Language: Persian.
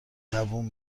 دووم